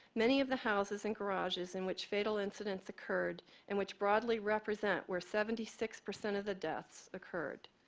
many of the houses and garages in which fatal incidents occurred and which broadly represent were seventy six percent of the deaths occurred.